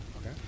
Okay